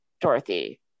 dorothy